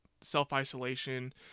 self-isolation